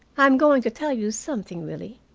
i'm going to tell you something, willie,